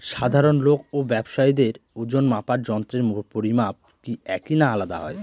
সাধারণ লোক ও ব্যাবসায়ীদের ওজনমাপার যন্ত্রের পরিমাপ কি একই না আলাদা হয়?